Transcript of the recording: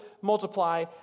multiply